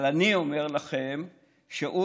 אבל אני אומר לכם שהוא,